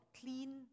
clean